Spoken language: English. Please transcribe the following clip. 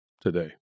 today